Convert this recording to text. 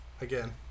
again